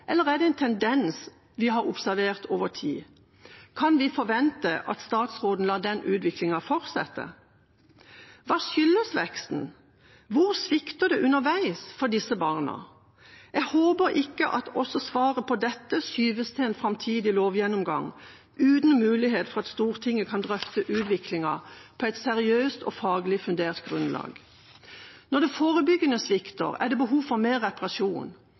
eller er det en tendens vi har observert over tid? Kan vi forvente at statsråden lar denne utviklingen fortsette? Hva skyldes veksten? Hvor svikter det underveis for disse barna? Jeg håper ikke at også svaret på dette skyves til en framtidig lovgjennomgang, uten mulighet for at Stortinget kan drøfte utviklingen på et seriøst og faglig fundert grunnlag. Når det forebyggende svikter, er det behov for mer